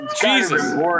Jesus